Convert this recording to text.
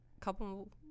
couple